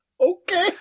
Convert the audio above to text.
Okay